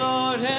Lord